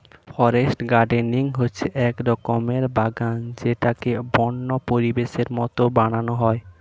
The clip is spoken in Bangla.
ফরেস্ট গার্ডেনিং হচ্ছে এক রকমের বাগান যেটাকে বন্য পরিবেশের মতো বানানো হয়